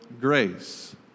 grace